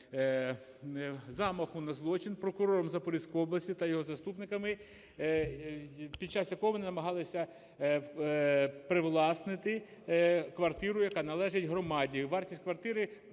замаху на злочин прокурора Запорізької області та його заступниками, під час якого вони намагалися привласнити квартиру, яка належить громаді. Вартість квартири